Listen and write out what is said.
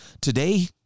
Today